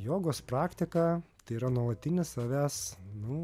jogos praktika tai yra nuolatinis savęs nu